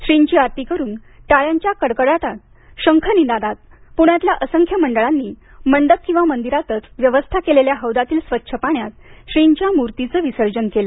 श्रींची आरती करून टाळ्यांच्या कडकडाटात शंख निनादात पुण्यातल्या असंख्य मंडळांनी मंडप किंवा मंदिरातच व्यवस्था केलेल्या हौदातील स्वच्छ पाण्यात श्रींच्या मूर्तीचं विसर्जन केलं